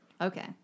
Okay